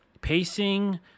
pacing